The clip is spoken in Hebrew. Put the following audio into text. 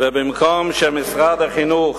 במקום שמשרד החינוך,